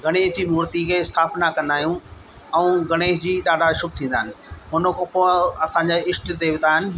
गणेश जी मूर्ति खे स्थापना कंदा आहियूं ऐं गणेश जी ॾाढा शुभ थींदा आहिनि उनखां पोइ असांजा ईष्ट देवता आहिनि